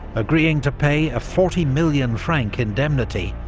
agreeing to pay a forty million franc indemnity,